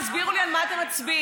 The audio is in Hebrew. תסבירו לי על מה אתם מצביעים.